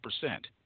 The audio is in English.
percent